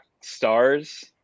stars